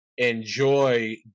enjoy